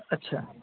ଆଛା